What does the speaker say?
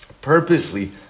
purposely